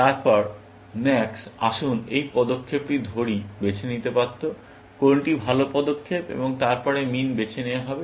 তারপর max আসুন এই পদক্ষেপটি ধরি বেছে নিতে পারত কোনটি ভাল পদক্ষেপ এবং তারপরে min বেছে নেওয়া হবে